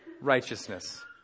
righteousness